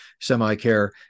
semi-care